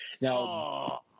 Now